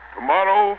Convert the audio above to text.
Tomorrow